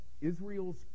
Israel's